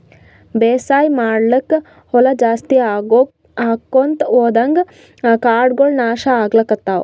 ಬೇಸಾಯ್ ಮಾಡ್ಲಾಕ್ಕ್ ಹೊಲಾ ಜಾಸ್ತಿ ಆಕೊಂತ್ ಹೊದಂಗ್ ಕಾಡಗೋಳ್ ನಾಶ್ ಆಗ್ಲತವ್